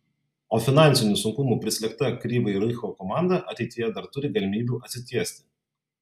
o finansinių sunkumų prislėgta kryvyj riho komanda ateityje dar turi galimybių atsitiesti